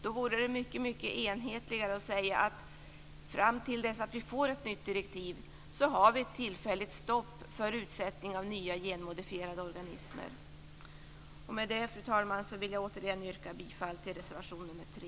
Då vore det mycket enhetligare att säga att vi, fram till dess att vi får ett nytt direktiv, ska ha ett tillfälligt stopp för utsättning av nya genmodifierade organismer. Med detta, fru talman, yrkar jag återigen bifall till reservation nr 3.